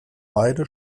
beide